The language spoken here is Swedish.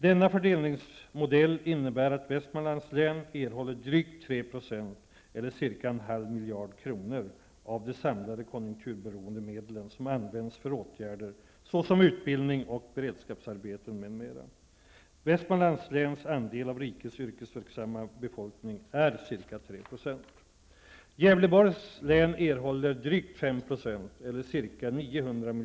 Denna fördelningsmodell innebär att Västmanlands län erhåller drygt 3 %, eller cirka en halv miljard kronor, av de samlade konjunkturberoende medlen som används för åtgärder såsom utbildning och beredskapsarbete m.m. Västmanlands läns andel av rikets yrkesverksamma befolkning är ca 3 %.